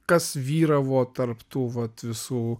kas vyravo tarp tų vat visų